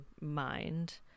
mind